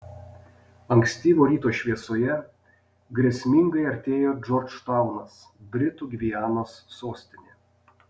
ankstyvo ryto šviesoje grėsmingai artėjo džordžtaunas britų gvianos sostinė